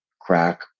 crack